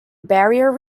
barrier